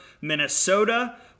Minnesota